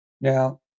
Now